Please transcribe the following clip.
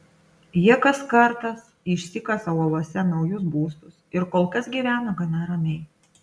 jie kas kartas išsikasa uolose naujus būstus ir kol kas gyvena gana ramiai